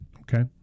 okay